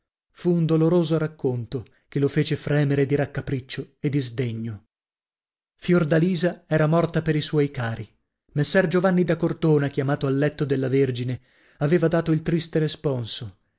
un doloroso racconto che lo fece fremere di raccapriccio e di sdegno fiordalisa era morta per i suoi cari messer giovanni da cortona chiamato al letto della vergine aveva dato il triste responso